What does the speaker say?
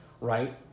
Right